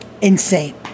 insane